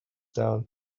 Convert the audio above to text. down